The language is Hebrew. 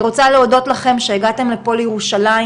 אני רוצה להודות לכם שהגעתם לפה לירושלים.